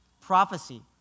prophecy